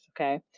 okay